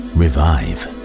revive